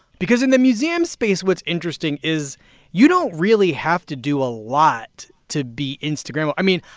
because in the museum space, what's interesting is you don't really have to do a lot to be instagrammable. i mean,